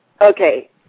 Okay